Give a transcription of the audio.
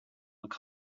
look